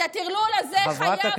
את הטרלול הזה חייבים להפסיק.